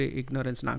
ignorance